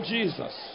Jesus